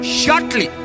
shortly